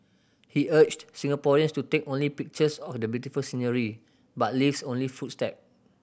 he urged Singaporeans to take only pictures of the beautiful scenery but leaves only footstep